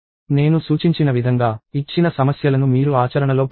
నేను సూచించిన విధంగా ఇచ్చిన సమస్యలను మీరు ఆచరణలో పెట్టండి